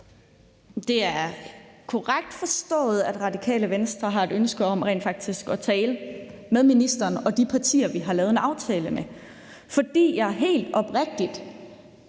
Det er korrekt forstået, at Radikale Venstre har et ønske om rent faktisk at tale med ministeren og de partier, vi har lavet en aftale med – faktisk